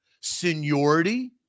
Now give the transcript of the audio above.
Seniority